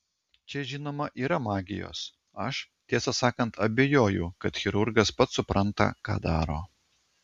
čia žinoma yra magijos aš tiesą sakant abejoju kad chirurgas pats supranta ką daro